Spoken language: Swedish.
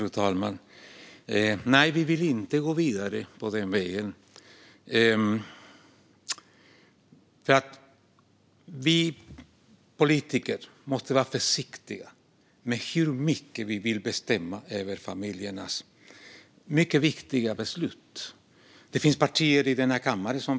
Fru talman! Nej, vi vill inte gå vidare på den vägen. Vi politiker måste vara försiktiga med hur mycket vi vill bestämma över familjers viktiga beslut.